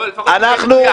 לא, לפחות שיהיה מדויק.